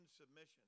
submission